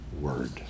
word